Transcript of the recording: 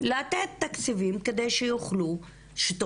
לתת תקציבים כדי שתוכלו